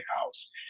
House